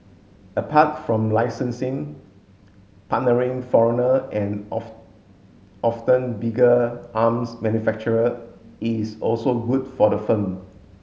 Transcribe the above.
apart from licensing partnering foreigner and often bigger arms manufacturer is also good for the firm